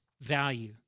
value